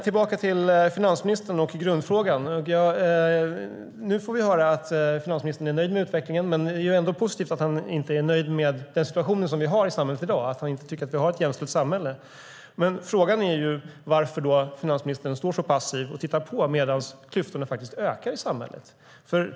Tillbaka till finansministern och grundfrågan: Nu får vi höra att finansministern är nöjd med utvecklingen. Det är ändå positivt att han inte är nöjd med den situation vi har i samhället i dag och att han inte tycker att vi har ett jämställt samhälle. Frågan är då varför finansministern står så passiv och tittar på medan klyftorna ökar i samhället.